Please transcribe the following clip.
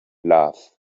love